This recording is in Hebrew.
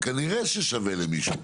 וכנראה שווה למישהו.